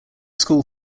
school